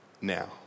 now